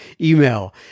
email